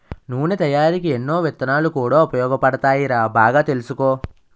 నూనె తయారికీ ఎన్నో విత్తనాలు కూడా ఉపయోగపడతాయిరా బాగా తెలుసుకో